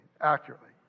accurately